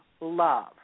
love